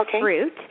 fruit